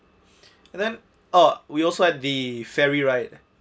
and then oh we also had the ferry ride